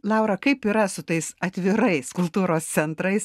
laura kaip yra su tais atvirais kultūros centrais